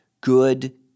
good